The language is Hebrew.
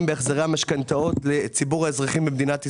בהחזרי המשכנתאות לציבור האזרחים במדינת ישראל,